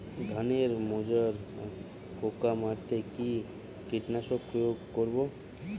ধানের মাজরা পোকা মারতে কি কীটনাশক প্রয়োগ করব?